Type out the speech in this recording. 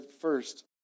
first